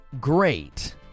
great